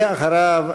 ואחריו,